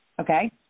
Okay